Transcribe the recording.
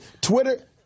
Twitter